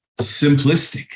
simplistic